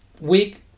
week